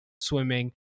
swimming